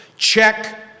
Check